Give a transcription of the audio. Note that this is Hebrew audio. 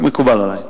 מקובל עלי.